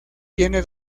tiene